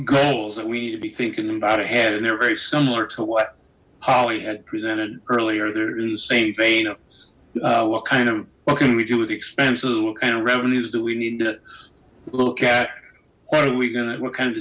goals that we need to be thinking about ahead and they're very similar to what polly had presented earlier they're in the same vein what kind of what can we do with the expenses what kind of revenues that we need to look at what are we gonna what kind of